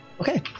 Okay